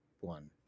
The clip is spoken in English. one